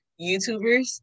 YouTubers